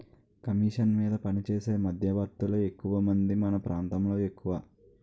commission మీద పనిచేసే మధ్యవర్తులే ఎక్కువమంది మన ప్రాంతంలో ఎక్కువ